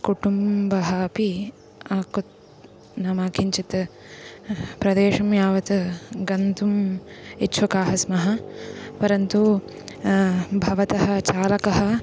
कुटुम्बः अपि कुत्र नाम किञ्चित् ह् प्रदेशं यावत् गन्तुम् इच्छुकाः स्मः परन्तु भवतः चालकः